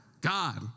God